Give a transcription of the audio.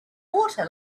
water